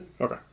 Okay